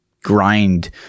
grind